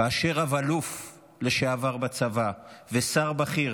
כאשר רב-אלוף לשעבר בצבא ושר בכיר